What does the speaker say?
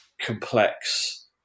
complex